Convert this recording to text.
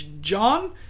John